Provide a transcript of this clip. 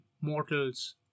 mortals